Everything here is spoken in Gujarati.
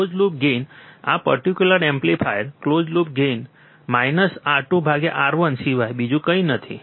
કલોઝ લૂપ ગેઇન આ પર્ટીક્યુલર એમ્પ્લીફાયરનો closed loop gain R2 R1 સિવાય બીજું કંઈ નથી